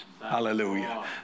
Hallelujah